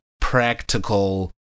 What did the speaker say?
practical